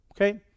Okay